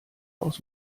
aus